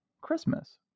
Christmas